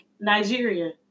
Nigeria